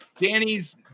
danny's